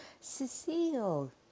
Cecile